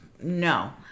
No